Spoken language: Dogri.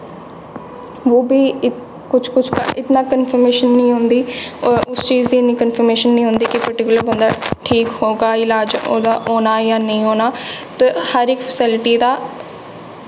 ओह् बी कुछ कुछ इतना कंफ्रमेशन निं होंदी उस चीज़ दी इन्नी कंफ्रमेशन निं होंदी कि पर्टिकुलर बंदा ठीक होगा ईलाज़ ओह्दा होना जां नेईं होना ते हर इक फैसिलिटी दा